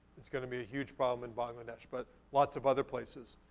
it's gonna be a huge problem in bangladesh but lots of other places.